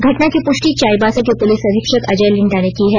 घटना की पुष्टि चाईबासा के पुलिस अधीक्षक अजय लिंडा ने की है